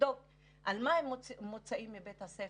לבדוק על מה הם מוצאים מבית הספר,